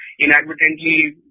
inadvertently